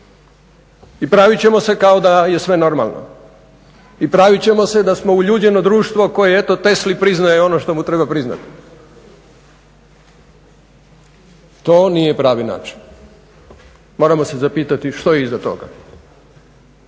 i pravit ćemo se kao da je sve normalno i pravit ćemo se da smo uljuđeno društvo koje eto Tesli priznaje ono što mu treba priznati. To nije pravi način. Moramo se zapitati što je iza toga.